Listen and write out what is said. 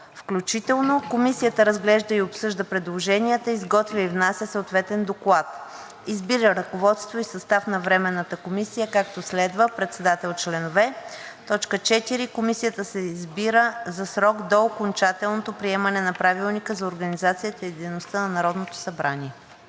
включително. Комисията разглежда и обсъжда предложенията, изготвя и внася съответен доклад. 3. Избира ръководство и състав на Временната комисия, както следва: Председател: … Членове: … 4. Комисията се избира за срок до окончателното приемане на Правилника за организацията и дейността на Народното събрание.“